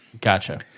Gotcha